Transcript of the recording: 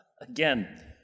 Again